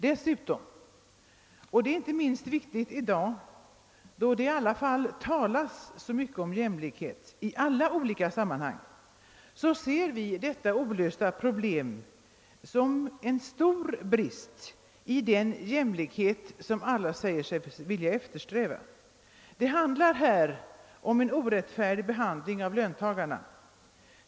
Dessutom — och det är inte minst viktigt i dag, då det talas så mycket om jämlikhet i alla olika sammanhang — ser vi detta olösta problem som en stor brist i den jämlikhet, som alla säger sig eftersträva. Det handlar här om en orättfärdig behandling av löntagare.